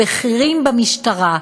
הבכירים במשטרה,